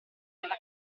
della